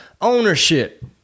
ownership